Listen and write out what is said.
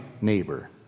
neighbor